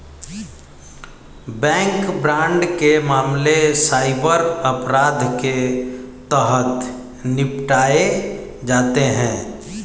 bank fraud के मामले cyber अपराध के तहत निपटाए जाते हैं